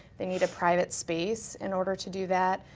they need a private space in order to do that.